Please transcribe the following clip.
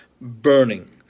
burning